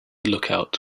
lookout